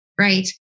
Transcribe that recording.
Right